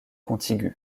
contiguë